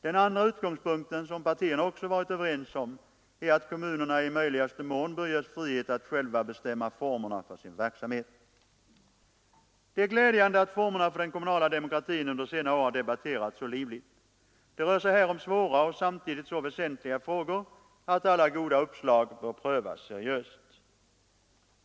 Den andra utgångspunkten, som partierna också varit överens om, är att kommunerna i möjligaste mån bör ges frihet att själva bestämma formerna för sin verksamhet. Det är glädjande att formerna för den kommunala demokratin under senare år har debatterats så livligt. Det rör sig här om svåra och samtidigt så väsentliga frågor att alla goda uppslag bör prövas seriöst.